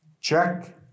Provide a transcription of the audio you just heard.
Check